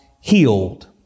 healed